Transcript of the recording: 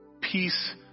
Peace